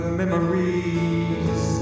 memories